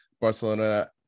Barcelona